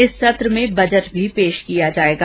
इस सत्र में बजट भी पेष किया जाएगा